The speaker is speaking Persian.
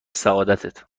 سعادتت